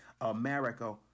America